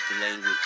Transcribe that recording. language